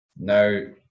no